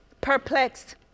perplexed